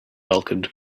welcomed